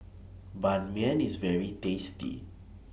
Ban Mian IS very tasty